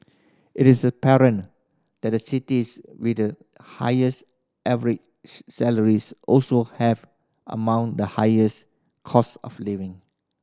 it is apparent that the cities with the highest average salaries also have among the highers cost of living